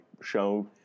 show